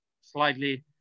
slightly